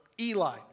Eli